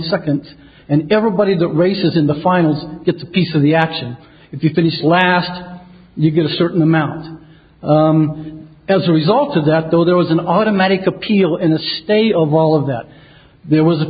seconds and everybody that races in the finals gets a piece of the action if you finish last you get a certain amount as a result of that though there was an automatic appeal in the state of all of that there was